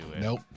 nope